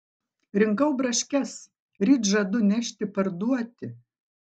rinkau braškes ryt žadu nešti parduoti